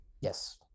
Yes